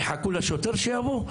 יחכו לשוטר שיבוא?